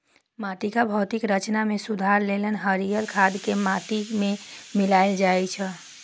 माटिक भौतिक संरचना मे सुधार लेल हरियर खाद कें माटि मे मिलाएल जाइ छै